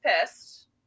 pissed